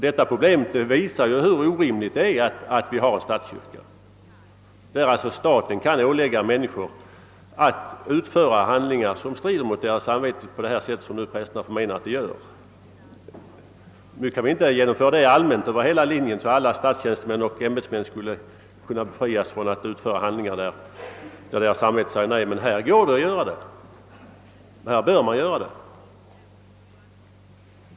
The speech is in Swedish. Det problem vi nu diskuterar visar hur orimligt det är att ha statskyrka, där staten kan ålägga människor att utföra handlingar som strider mot deras samvete som en del präster nu förmenar att de gör. Vi kan dock inte genomföra denna princip allmänt över hela linjen, så att alla statstjänstemän och ämbetsmän skulle kunna befrias från att utföra handlingar som deras samvete säger nej till. Men här går det att göra det, och här bör man göra det.